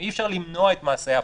אי אפשר למנוע את מעשה ההפגנה.